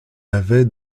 avait